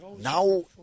Now